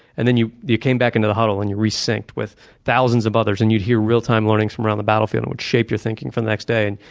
and then you you came back into the huddle and you resynched with thousands of others. and you'd hear real-time learnings from around the battlefield, and which shaped your thinking for the next day. and